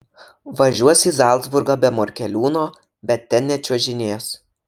važiuos į zalcburgą be morkeliūno bet ten nečiuožinės